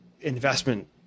investment